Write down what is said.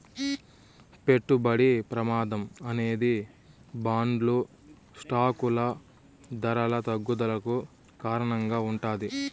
పెట్టుబడి ప్రమాదం అనేది బాండ్లు స్టాకులు ధరల తగ్గుదలకు కారణంగా ఉంటాది